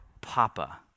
papa